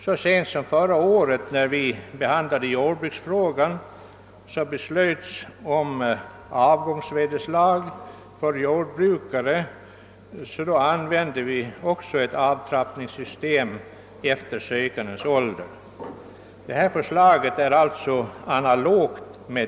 Så sent som förra året beslöts om avgångsvederlag för jordbrukare, och då begagnade vi oss av ett avtrappningssystem efter sökandens ålder. Det här förslaget är analogt därmed.